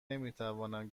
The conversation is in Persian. نمیتوانم